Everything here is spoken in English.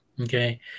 Okay